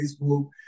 Facebook